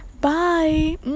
Bye